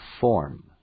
form